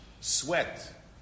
sweat